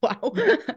Wow